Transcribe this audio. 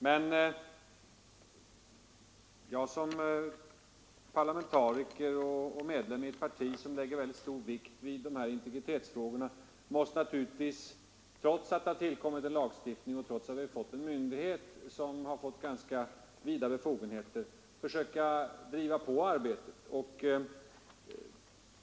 Men som parlamentariker och medlem i ett parti som lägger stor vikt vid de här integritetsfrågorna måste jag givetvis, trots att det har tillkommit en lagstiftning och trots att vi har fått en myndighet med ganska vida befogenheter, försöka driva på arbetet.